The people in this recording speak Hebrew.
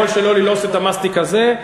יכול שלא ללעוס את המסטיק הזה.